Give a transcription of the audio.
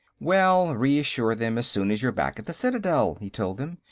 well, reassure them, as soon as you're back at the citadel, he told them.